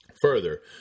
Further